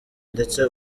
ndetse